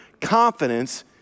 confidence